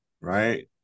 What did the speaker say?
Right